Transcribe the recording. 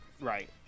Right